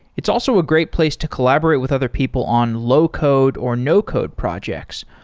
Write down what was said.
it's also a great place to collaborate with other people on low code or no code projects,